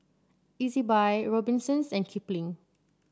Ezbuy Robinsons and Kipling